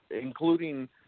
including